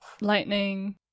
lightning